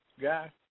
guy